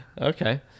okay